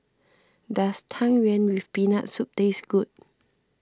does Tang Yuen with Peanut Soup taste good